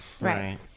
Right